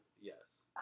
Yes